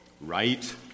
right